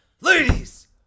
Ladies